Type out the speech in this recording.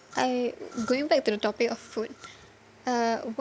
I going back to the topic of food uh